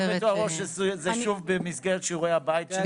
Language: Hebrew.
יושבת-הראש, זה שוב במסגרת שיעורי הבית.